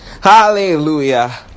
hallelujah